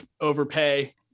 overpay